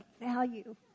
value